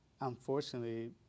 unfortunately